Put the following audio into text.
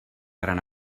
gran